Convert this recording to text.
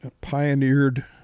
pioneered